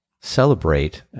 celebrate